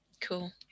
cool